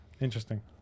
interesting